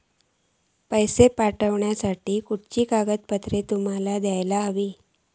पैशे पाठवुक खयली कागदपत्रा तुमका देऊक व्हयी?